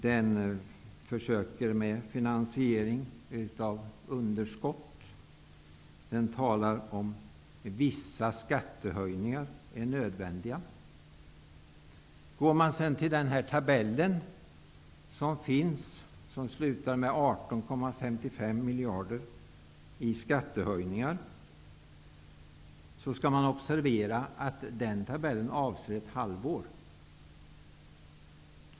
Där försöker man med en finansiering av underskott. Man talar om att ''vissa skattehöjningar'' är nödvändiga. Beträffande den tabell som där finns och som slutar med 18,55 miljarder i skattehöjningar skall man observera att den avser ett halvår.